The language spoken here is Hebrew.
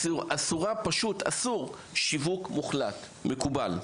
אסור פשוט אסור שיווק מוחלט, מקובל.